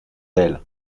elle